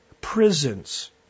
prisons